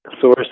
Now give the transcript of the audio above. source